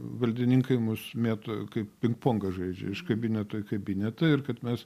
valdininkai mus mėto kaip pingpongą žaidžia iš kabineto į kabinetą ir kad mes